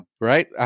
Right